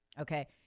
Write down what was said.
okay